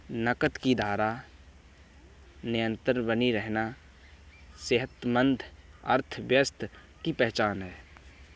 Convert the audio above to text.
नकद की धारा निरंतर बनी रहना सेहतमंद अर्थव्यवस्था की पहचान है